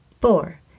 four